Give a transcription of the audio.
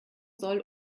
soll